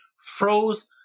froze